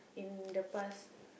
in the past